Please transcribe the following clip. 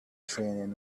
training